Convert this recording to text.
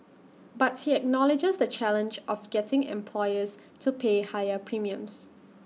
but he acknowledges the challenge of getting employers to pay higher premiums